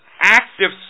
active